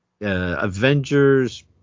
Avengers